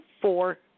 four